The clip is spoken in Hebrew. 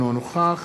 אינו נוכח